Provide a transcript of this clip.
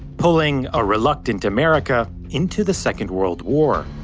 pulling a reluctant america into the second world war.